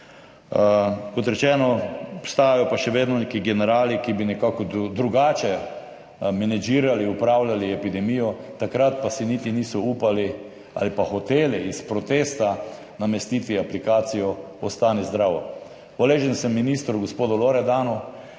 Kot rečeno, obstajajo pa še vedno neki generali, ki bi nekako drugače menedžirali, upravljali epidemijo, takrat pa si niti niso upali ali iz protesta niso hoteli namestiti aplikacije Ostani zdrav. Hvaležen sem ministru gospodu Loredanu,